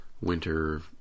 winter